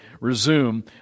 resume